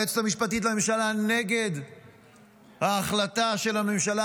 היועצת המשפטית לממשלה נגד ההחלטה של הממשלה,